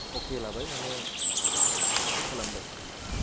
अके लाबाय माने थि खालामबाय